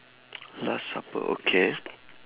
last supper okay